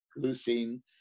leucine